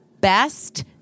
best